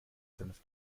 senf